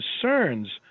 concerns